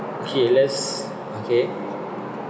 okay let's okay